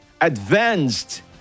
advanced